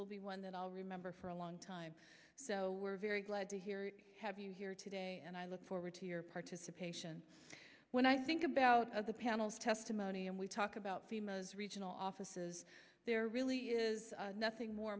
will be one that i'll remember for a long time so very glad to hear you have you here today and i look forward to your participation when i think about the panel's testimony and we talk about the most regional offices there really is nothing more